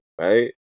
right